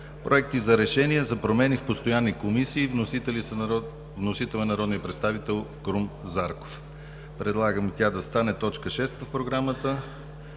Проекти за решения за промени в постоянни комисии. Вносител е народният представител Крум Зарков. Предлагам тя да стане точка 6 в програмата,